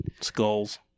skulls